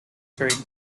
during